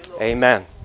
Amen